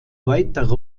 weitere